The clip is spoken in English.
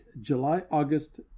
July-August